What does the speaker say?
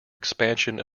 expansion